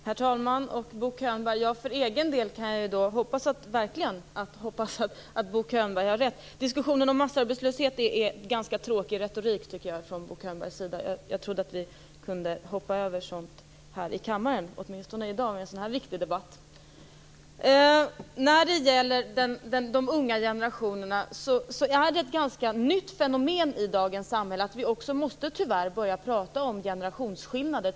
Herr talman och Bo Könberg! För egen del kan jag verkligen hoppas att Bo Könberg har rätt. Diskussionen om massarbetslöshet tycker jag är ganska tråkig retorik från Bo Könbergs sida. Jag trodde att vi kunde hoppa över sådant åtminstone i en sådan här viktig debatt här i kammaren. När det gäller de unga generationerna är det ett ganska nytt fenomen i dagens samhälle att vi tyvärr också måste börja prata om generationsskillnader.